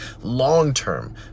long-term